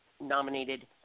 nominated